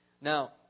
Now